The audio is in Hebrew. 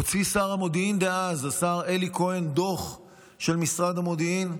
הוציא שר המודיעין דאז השר אלי כהן דוח של משרד המודיעין.